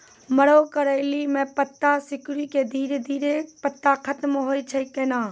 मरो करैली म पत्ता सिकुड़ी के धीरे धीरे पत्ता खत्म होय छै कैनै?